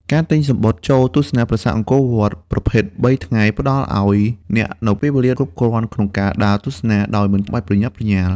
ការទិញសំបុត្រចូលទស្សនាប្រាសាទអង្គរវត្តប្រភេទ ៣ ថ្ងៃ ផ្តល់ឱ្យអ្នកនូវពេលវេលាគ្រប់គ្រាន់ក្នុងការដើរទស្សនាដោយមិនបាច់ប្រញាប់ប្រញាល់។